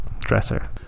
Dresser